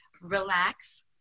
relax